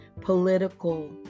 political